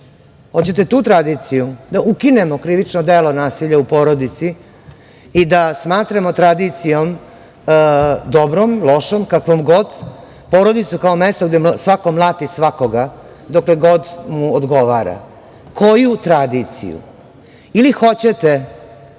Hoćete li tu tradiciju? Da ukinemo krivično delo nasilja u porodici i da smatramo tradicijom, dobrom, lošom, kakvom god, porodicu kao mesto gde svako mlati svakoga dokle god mu odgovara? Koju tradiciju? Hoćete